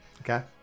Okay